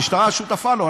המשטרה שותפה לו.